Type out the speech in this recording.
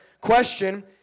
question